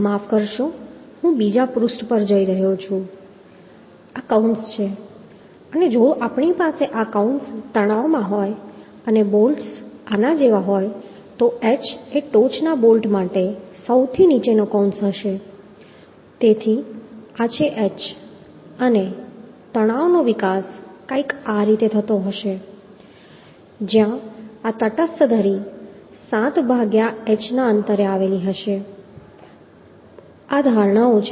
માફ કરશો હું બીજા પૃષ્ઠ પર જઈ રહ્યો છું આ કૌંસ છે અને જો આપણી પાસે આ કૌંસ તણાવમાં હોય અને બોલ્ટ્સ આના જેવા હોય તો h એ ટોચના બોલ્ટ માટે સૌથી નીચેનો કૌંસ હશે તેથી આ છે h અને તણાવનો વિકાસ કંઈક આ રીતે થતો હશે જ્યાં આ તટસ્થ ધરી 7 ભાગ્યા h ના અંતરે આવેલી હશે આ ધારણાઓ છે